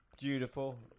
beautiful